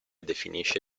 definisce